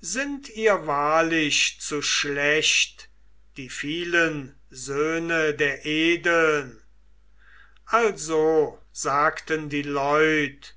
sind ihr wahrlich zu schlecht die vielen söhne der edeln also sagten die leut